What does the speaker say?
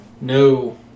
No